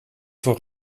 voor